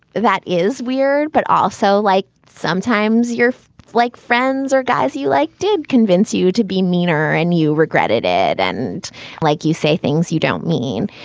that is weird. but also, like, sometimes you're like friends or guys you like did convince you to be meaner and you regretted it and like you say things you don't mean.